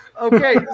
Okay